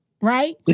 right